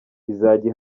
izajya